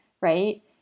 right